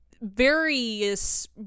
Various